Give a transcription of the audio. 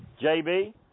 JB